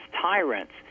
tyrants